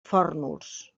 fórnols